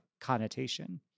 connotation